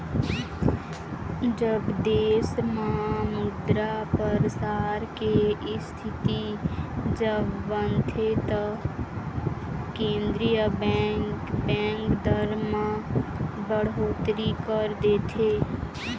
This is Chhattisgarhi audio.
जब देश म मुद्रा परसार के इस्थिति जब बनथे तब केंद्रीय बेंक, बेंक दर म बड़होत्तरी कर देथे